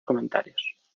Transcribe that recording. comentarios